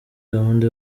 gahunda